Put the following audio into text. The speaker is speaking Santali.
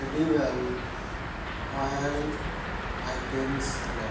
ᱮᱰᱤᱵᱮᱞ ᱳᱭᱮᱞ ᱟᱭᱴᱮᱢᱥ ᱨᱮ